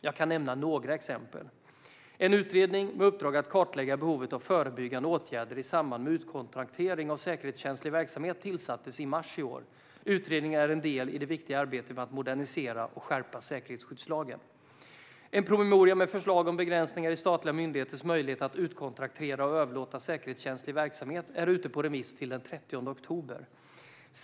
Jag kan nämna några exempel: En utredning med uppdrag att kartlägga behovet av förebyggande åtgärder i samband med utkontraktering av säkerhetskänslig verksamhet tillsattes i mars i år. Utredningen är en del i det viktiga arbetet med att modernisera och skärpa säkerhetsskyddslagen. En promemoria med förslag om begränsningar i statliga myndigheters möjligheter att utkontraktera och överlåta säkerhetskänslig verksamhet är ute på remiss till den 30 oktober.